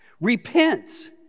repent